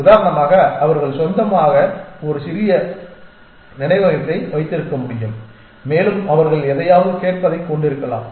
உதாரணமாக அவர்கள் சொந்தமாக ஒரு சிறிய நினைவகத்தை வைத்திருக்க முடியும் மேலும் அவர்கள் எதையாவது கேட்பதைக் கொண்டிருக்கலாம்